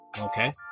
Okay